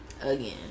again